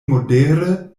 modere